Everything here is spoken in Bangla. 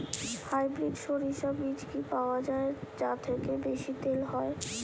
হাইব্রিড শরিষা বীজ কি পাওয়া য়ায় যা থেকে বেশি তেল হয়?